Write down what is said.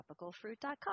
Tropicalfruit.com